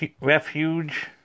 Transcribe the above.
refuge